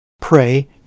Pray